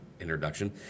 introduction